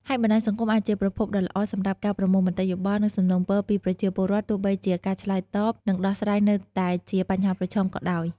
ហើយបណ្ដាញសង្គមអាចជាប្រភពដ៏ល្អសម្រាប់ការប្រមូលមតិយោបល់ និងសំណូមពរពីប្រជាពលរដ្ឋ ទោះបីជាការឆ្លើយតប និងដោះស្រាយនៅតែជាបញ្ហាប្រឈមក៏ដោយ។